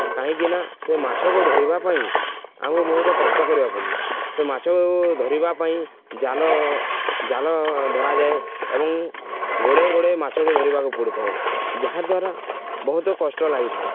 କାହିଁକିନା ସେ ମାଛକୁ ଧରିବା ପାଇଁ ଆମକୁ ବହୁତ କଷ୍ଟ କରିବାକୁ ପଡ଼ଥାଏ ସେ ମାଛକୁ ଧରିବା ପାଇଁ ଜାଲ ଜାଲ ଧରାଯାଏ ଏବଂ ଗୋଡ଼େଇ ଗୋଡ଼େଇ ମାଛକୁ ଧରିବାକୁ ପଡ଼ିଥାଏ ଯାହା ଦ୍ୱାରା ବହୁତ କଷ୍ଟ ଲାଗିଥାଏ